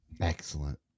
Excellent